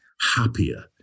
happier